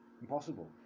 impossible